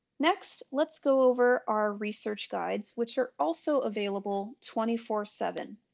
next let's go over our research guides which are also available twenty four seven.